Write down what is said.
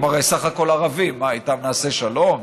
הם הרי בסך הכול ערבים, מה, איתם נעשה שלום,